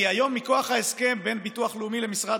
כי היום מכוח ההסכם בין ביטוח לאומי למשרד